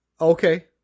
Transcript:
Okay